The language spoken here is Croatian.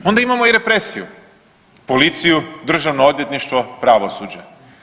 Onda imamo i represiju policiju, državno odvjetništvo, pravosuđe.